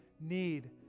need